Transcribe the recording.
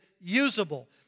usable